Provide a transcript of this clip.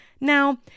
Now